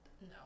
No